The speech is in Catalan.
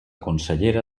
consellera